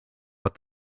but